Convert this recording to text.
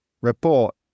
report